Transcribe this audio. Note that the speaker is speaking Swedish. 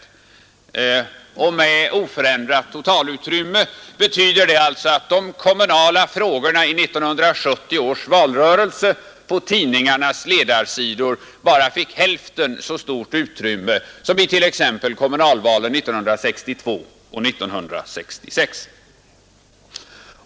Med oförändrat totalutrymme betyder det alltså att de kommunala frågorna i 1970 års valrörelse på tidningarnas ledarsidor bara fick hälften så stort utrymme som i t.ex. valrörelserna 1962 och 1966.